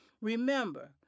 Remember